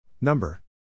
number